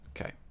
Okay